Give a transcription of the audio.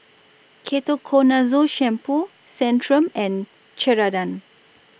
Ketoconazole Shampoo Centrum and Ceradan